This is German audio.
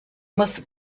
muss